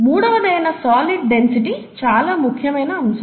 మూడవదైన solid density చాలా ముఖ్యమైన అంశం